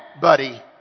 buddy